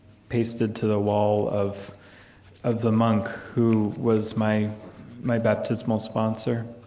pasted to the wall of of the monk who was my my baptismal sponsor,